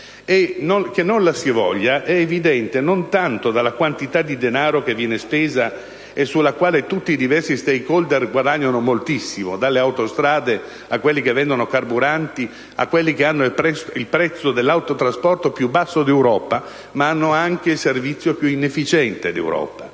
Che non la si voglia è evidente non tanto dalla quantità di denaro che viene speso e sulla quale tutti i diversi *stakeholder* guadagnano moltissimo (dalle autostrade, ai rivenditori di carburanti, a quelli che hanno il prezzo dell'autotrasporto più basso d'Europa, ma anche il servizio più inefficiente d'Europa),